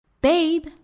Babe